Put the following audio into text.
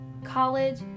college